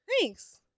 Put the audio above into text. Thanks